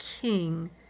King